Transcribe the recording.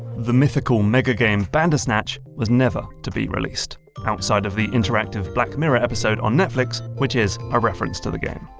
the mythical mega-game bandersnatch was never to be released outside of the interactive black mirror episode on netflix, which is a reference to the game.